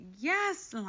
Yes